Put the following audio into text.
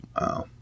Wow